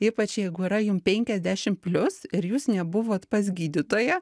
ypač jeigu yra jum penkiasdešim plius ir jūs nebuvot pas gydytoją